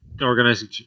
organizing